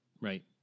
Right